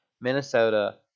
Minnesota